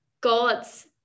God's